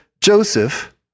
Joseph